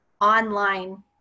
online